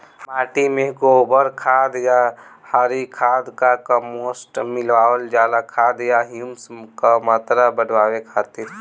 माटी में गोबर खाद या हरी खाद या कम्पोस्ट मिलावल जाला खाद या ह्यूमस क मात्रा बढ़ावे खातिर?